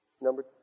Number